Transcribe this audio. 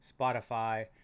Spotify